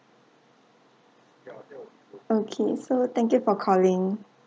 okay so thank you for calling